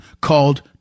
called